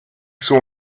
saw